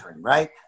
right